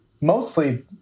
mostly